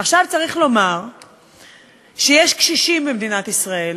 עכשיו, צריך לומר שיש קשישים במדינת ישראל,